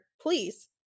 please